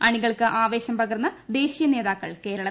അണികൾക്ക് ആവേശം പകർന്ന് ദേശീയ നേതാക്കൾ കേരളത്തിൽ